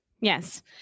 Yes